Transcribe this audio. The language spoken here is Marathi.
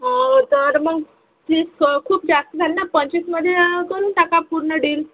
हो तर मग तीस खूप जास्त झाले ना पंचवीसमध्ये करून टाका पूर्ण डील